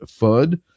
FUD